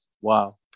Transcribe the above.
Wow